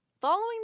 Following